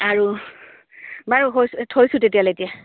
আৰু বাৰু হৈছে থৈছোঁ তেতিয়ালৈ এতিয়া